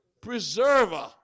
Preserver